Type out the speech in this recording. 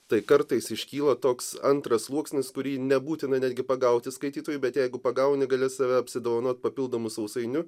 tai kartais iškyla toks antras sluoksnis kurį nebūtina netgi pagauti skaitytojui bet jeigu pagauni gali save apsidovanot papildomu sausainiu